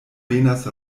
venas